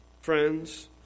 friends